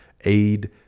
aid